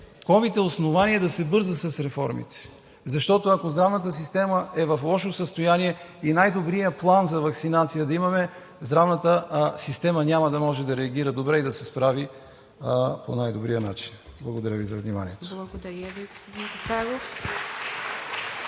ковид е основание да се бърза с реформите, защото, ако здравната система е в лошо състояние, и най-добрият план за ваксинация да имаме, здравната система няма да може да реагира добре и да се справи по най-добрия начин. Благодаря Ви за вниманието. (Ръкопляскания от